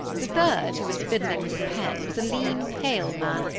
the third, who was fiddling with a pen, was a lean, pale man,